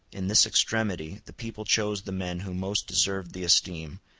in this extremity the people chose the men who most deserved the esteem,